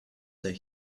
the